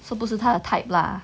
so 不是他的 type lah